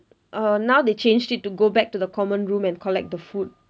err now they changed it to go back to the common room and collect the food